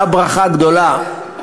שא ברכה גדולה.